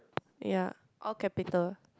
yea all capital